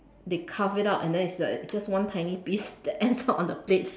they carve it out and then it's it's just one tiny piece that ends up on the plate